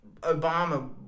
Obama